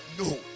No